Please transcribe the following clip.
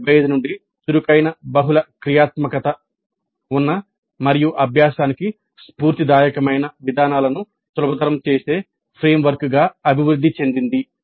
ADDIE 1975 నుండి చురుకైన బహుళ క్రియాత్మక ఉన్న మరియు అభ్యాసానికి స్ఫూర్తిదాయకమైన విధానాలను సులభతరం చేసే ఫ్రేమ్వర్క్గా అభివృద్ధి చెందింది